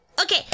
Okay